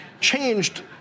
changed